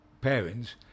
parents